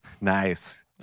Nice